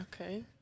Okay